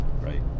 right